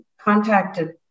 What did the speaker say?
contacted